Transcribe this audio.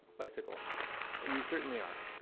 bicycle we certainly are.